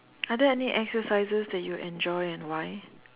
are there any exercises that you enjoy and why